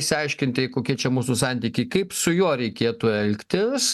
išsiaiškint tai kokie čia mūsų santykiai kaip su juo reikėtų elgtis